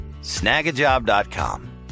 Snagajob.com